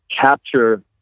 capture